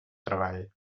treball